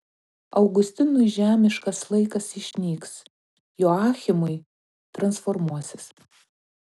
augustinui žemiškas laikas išnyks joachimui transformuosis